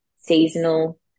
seasonal